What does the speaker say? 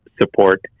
support